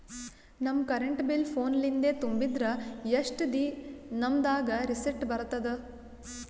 ನಮ್ current bill ಫೋನ ಲಿಂದೇ ತುಂಬಿದ್ರ, ಎಷ್ಟ ದಿ ನಮ್ ದಾಗ ರಿಸಿಟ ಬರತದ?